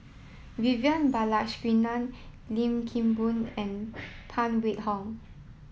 Vivian Balakrishnan Lim Kim Boon and Phan Wait Hong